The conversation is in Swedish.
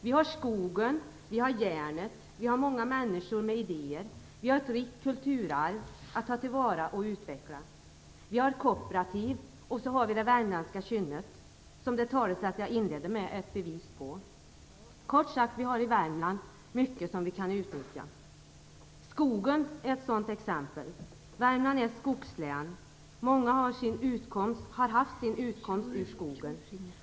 Vi har skogen, vi har järnet, vi har många människor med idéer, vi har ett rikt kulturarv att ta till vara och utveckla, vi har kooperativ och så har vid det värmländska kynnet, vilket det talesätt som jag inledde med är ett bevis på. Kort sagt, vi har mycket i Värmland som vi kan utnyttja. Skogen är ett sådant exempel. Värmland är ett skogslän. Många har haft sin utkomst ur skogen.